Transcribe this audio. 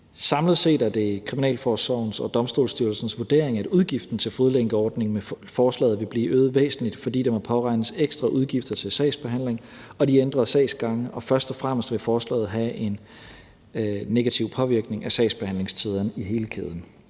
Samlet set er det kriminalforsorgens og Domstolsstyrelsens vurdering, at udgiften til fodlænkeordningen med forslaget vil blive øget væsentligt, fordi der må påregnes ekstra udgifter til sagsbehandling og de ændrede sagsgange, og først og fremmest vil forslaget have en negativ påvirkning af sagsbehandlingstiderne i hele kæden.